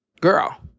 girl